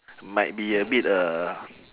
might be a bit uh